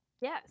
Yes